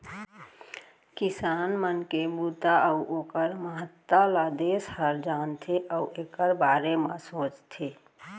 किसान मन के बूता अउ ओकर महत्ता ल देस ह जानथे अउ एकर बारे म सोचथे